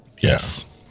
Yes